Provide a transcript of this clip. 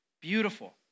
Beautiful